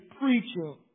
preaching